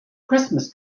christmas